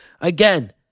Again